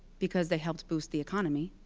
because they helped boost the economy.